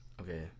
Okay